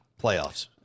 playoffs